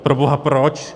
Proboha proč?